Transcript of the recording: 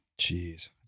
Jeez